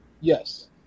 Yes